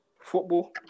Football